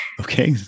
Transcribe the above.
Okay